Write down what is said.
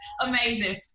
amazing